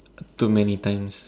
too many times